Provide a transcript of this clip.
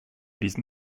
diesem